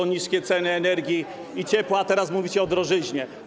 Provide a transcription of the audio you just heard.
o niskie ceny energii i ciepła, a teraz mówicie o drożyźnie.